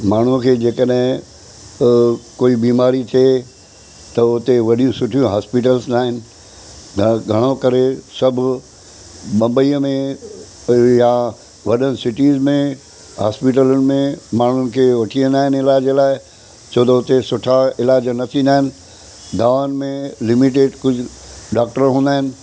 माण्हूअ खे जेकॾहिं कोई बीमारी थिए त उते वॾी सुठी हॉस्पीटल्स न आहिनि ऐं घणो करे सभु बंबई में या वॾनि सिटीज़ में हॉस्पीटलुनि में माण्हुनि खे वठी वेंदा आहिनि इलाज लाइ छो त हुते सुठा इलाज न थींदा आहिनि दवाउन में लिमिटेड कुझु डॉक्टर हूंदा आहिनि